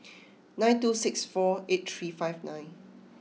nine two six four eight three five nine